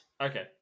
Okay